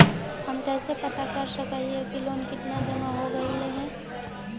हम कैसे पता कर सक हिय की लोन कितना जमा हो गइले हैं?